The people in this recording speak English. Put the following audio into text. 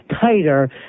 tighter